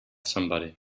somebody